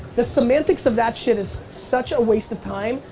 the semantics of that shit is such a waste of time,